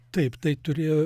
taip tai turėjo